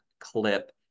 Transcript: clip